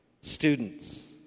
Students